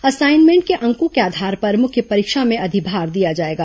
assignment के अंकों के आधार पर मुख्य परीक्षा में अधिभार दिया जाएगा